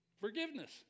Forgiveness